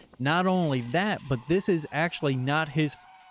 not only that, but this is actually not his.